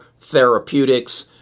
therapeutics